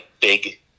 big